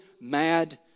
mad